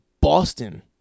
Boston